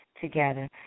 together